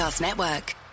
Network